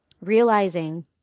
Realizing